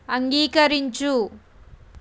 అంగీకరించు